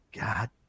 God